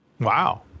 Wow